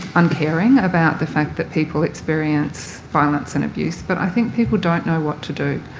uncaring about the fact that people experience violence and abuse but i think people don't know what to do.